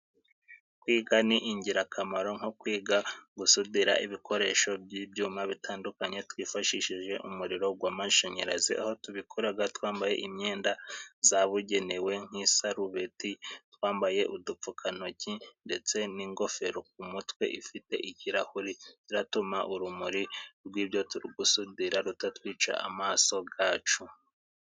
Kwiga ni ingirakamaro. Nko kwiga gusudira ibikoresho by'ibyuma bitandukanye, twifashishije umuriro gw'amashanyarazi. Aho tubikoraga twambaye imyenda zabugenewe nk'isarubeti, twambaye udupfukantoki, ndetse n'ingofero ku mutwe ifite ikirahure zituma urumuri rw'ibyo turi gusudira rutatwica amaso ga yacu.